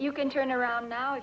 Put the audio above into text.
you can turn around now